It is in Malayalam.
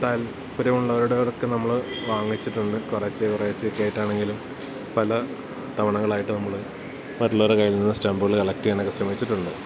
താല്പര്യമുള്ളവരോടൊക്കെ നമ്മള് വാങ്ങിച്ചിട്ടുണ്ട് കുറേച്ചെ കുറേച്ചെയെക്കായിട്ടാണെങ്കിലും പല തവണകളായിട്ട് നമ്മള് മറ്റുള്ളവരെ കയ്യിൽ നിന്ന് സ്റ്റാമ്പുകള് കളക്റ്റെയ്യാനൊക്കെ ശ്രമിച്ചിട്ടുണ്ട്